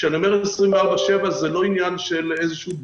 כשאני אומר: 24/7, זה לא עניין של איזשהו דימוי.